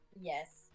Yes